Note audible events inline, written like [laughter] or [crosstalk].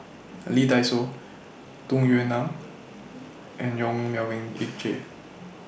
[hesitation] Lee Dai Soh Tung Yue Nang and Yong Melvin Yik Chye